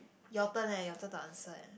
your turn leh your turn to answer eh